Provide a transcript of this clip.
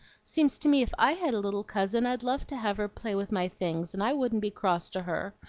seems to me if i had a little cousin, i'd love to have her play with my things, and i wouldn't be cross to her.